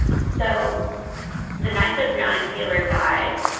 so the night that brian taylor died,